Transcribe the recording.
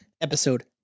episode